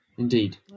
Indeed